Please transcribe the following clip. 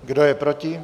Kdo je proti?